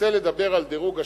רוצה לדבר על דירוג אשראי?